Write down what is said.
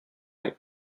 and